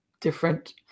different